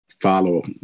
follow